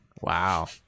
Wow